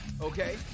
Okay